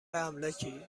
املاکی